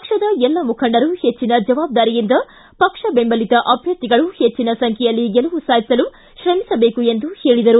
ಪಕ್ಷದ ಎಲ್ಲ ಮುಖಂಡರು ಹೆಚ್ಚಿನ ಜವಾಬ್ದಾರಿಯಿಂದ ಪಕ್ಷ ದೆಂಬಲಿತ ಅಭ್ಯರ್ಥಿಗಳ ಹೆಚ್ಚಿನ ಸಂಖ್ಯೆಯಲ್ಲಿ ಗೆಲುವು ಸಾಧಿಸಲು ಶ್ರಮಿಸಬೇಕು ಎಂದರು